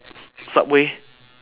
subway